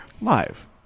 live